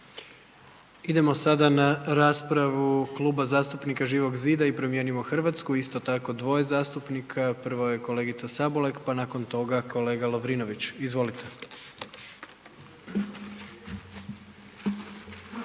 Idemo sada na raspravu Kluba zastupnika Živog zida i Promijenimo Hrvatsku, isto tako 2 zastupnika, prvo je kolegica Sabolek pa nakon tog kolega Lovrinović. Izvolite.